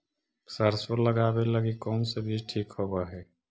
सरसों लगावे लगी कौन से बीज ठीक होव हई?